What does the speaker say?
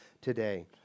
today